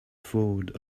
forward